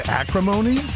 acrimony